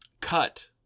cut